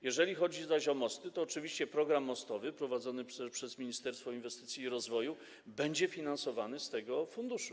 Jeżeli zaś chodzi o mosty, to oczywiście program mostowy, prowadzony przez Ministerstwo Inwestycji i Rozwoju, będzie finansowany z tego funduszu.